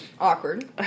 Awkward